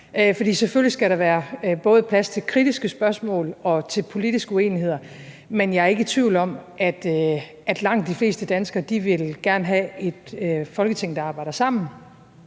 For selvfølgelig skal der være plads til både kritiske spørgsmål og politiske uenigheder, men jeg er ikke i tvivl om, at langt de fleste danskere gerne vil have et Folketing, der arbejder sammen,